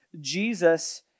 Jesus